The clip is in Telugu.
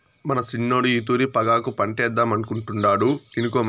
మన సిన్నోడు ఈ తూరి పొగాకు పంటేద్దామనుకుంటాండు ఇనుకో మరి